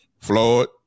Floyd